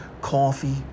coffee